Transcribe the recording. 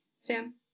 Sam